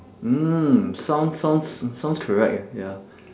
mm sounds sounds sounds correct eh ya